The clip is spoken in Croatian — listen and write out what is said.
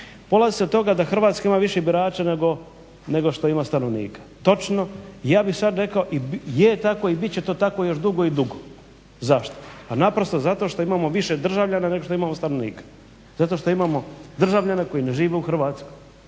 Polazi se od toga da Hrvatska ima više birača nego što ima stanovnika. Točno, ja bih sad rekao i je tako i bit će to tako još dugo i dugo. Zašto? Pa naprosto zato što imamo više državljana nego što imamo stanovnika, zato što imamo državljane koji ne žive u Hrvatskoj,